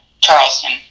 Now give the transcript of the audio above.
Charleston